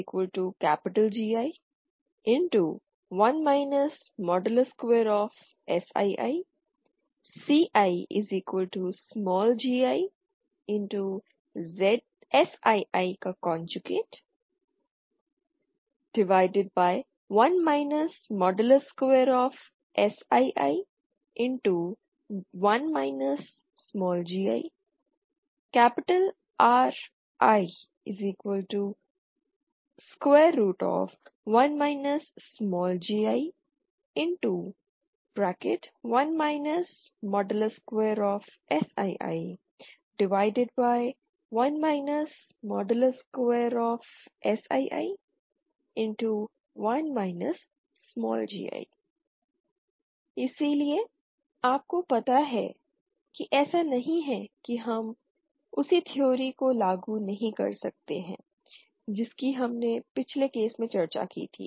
giGi1 Sii2 CigiSii1 Sii21 gi Ri1 gi1 Sii21 Sii21 gi इसलिए आपको पता है कि ऐसा नहीं है कि हम उसी थ्योरी को लागू नहीं कर सकते हैं जिसकी हमने पिछले केस में चर्चा की थी